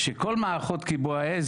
שכל מערכות כיבוי האש,